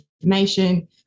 information